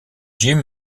jim